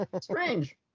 strange